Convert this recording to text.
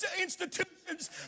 institutions